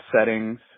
settings